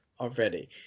already